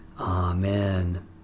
Amen